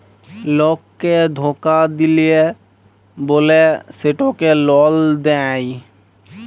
লককে ধকা দিল্যে বল্যে সেটকে লল দেঁয়